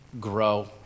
grow